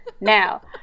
Now